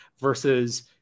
versus